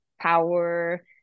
power